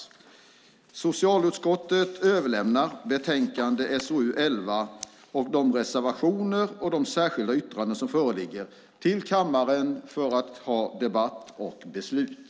Härmed överlämnas socialutskottets betänkande 11 med reservationer och särskilda yttranden som föreligger till kammaren för debatt och beslut.